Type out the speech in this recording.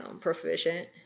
proficient